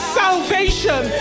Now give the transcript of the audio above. salvation